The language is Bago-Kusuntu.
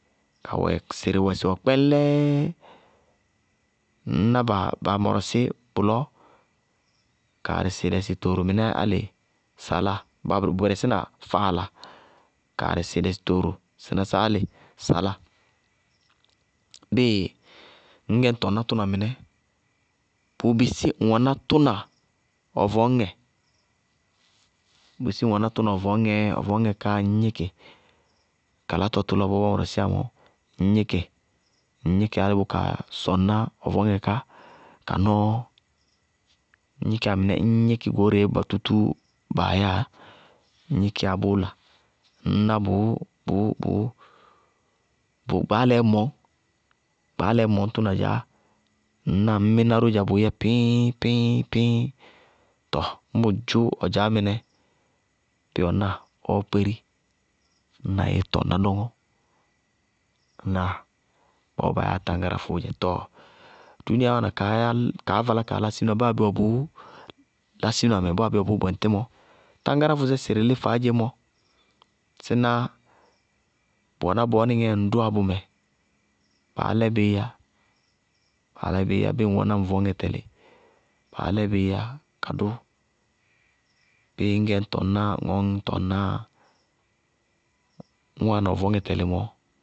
Kawɛ sɩrɩwɛ sɩwɛ kpɛñlɛɛ, ŋñná sɩrɩ wɛ ba mɔrɔsí bʋlɔ kaarɩ, sɩɩlɛ, sɩtooro mɩnɛɛ álɩ saláa, ba bɛrɛsína faala, kaarɩ sɩɩlɛ sɩtooro alɩ saláa. Bíɩ ŋñ gɛ ñ tɔŋná tʋna mɩnɛ, bʋ bisí ŋwɛná tʋna ɔ vɔñŋɛ, ɔ vɔñŋɛ káá ŋñ gníkɩ, kalátɔ tʋlɔ bɔɔ bá mɔrɔsíya mɔɔ, ŋñ gníkɩ ŋñ gníkɩ álɩ bʋ kaa sɔŋná ɔ vɔñŋɛ ká nɔɔ, ñ gníkíyá mɩnɛ ññ gníkí goóreé tútúú baa yáa, ñ gníkíyá bʋʋ la, ŋñná bʋ gbaálɛɛ mɔñ, bʋ gbaálɛɛ mʋñ tʋna dzaá, ŋñná ŋñ mí náró dzá bʋʋyɛ píñ-píñ-píñ! Tɔɔ ñŋ bʋ dzʋ ɔ dzaá mɩnɛ, bíɩ ɔ náa, ɔɔ kpéri ñna í,íí tɔŋná dɔñɔ, bɔɔ baa yáa táñgáráfʋʋ dzɛ, tɔɔ duuniyaá wáana kaá valá kaá lá siminamɛ, baá bé wɛ bʋʋ lá siminamɛ, baá bé wɛ bʋʋ bɛŋtí mɔ, táñgáráfʋsɛ sɩrɩ lí faádzemɔ, síná, bʋ wɛná bɔɔ ŋŋ dʋwá bʋmɛ, baá lɛ bɩí yá, baá lɛ bɩí yá bíɩ ŋ wɛná vɔñŋɛ tɛlɩ, baá lɛ bɩí yá kadʋ, bíɩ ŋñgɛ ñ tɔŋná ŋɔɔ ññ tɔŋná, ñwáana ɔ vɔñŋɛ tɛlɩ mɔɔ.